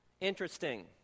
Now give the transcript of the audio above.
Interesting